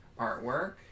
artwork